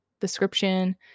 description